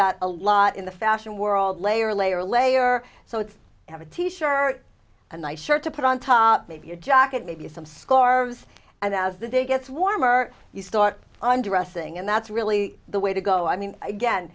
that a lot in the fashion world layer layer layer so it's have a t shirt and nice shirt to put on top of your jacket maybe some score and as the day gets warmer you start and dressing and that's really the way to go i mean again